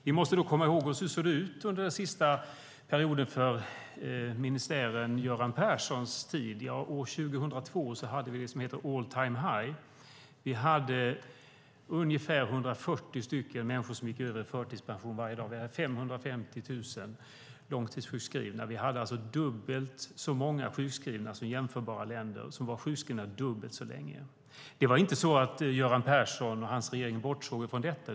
Vi måste dock komma ihåg hur det såg ut under den sista perioden för ministären Göran Persson. År 2002 hade vi all time high. Varje dag gick ungefär 140 människor i förtidspension. Vi hade 550 000 långtidssjukskrivna. Vi hade dubbelt så många sjukskrivna som jämförbara länder. De var sjukskrivna dubbelt så länge. Det var inte så att Göran Persson bortsåg från detta.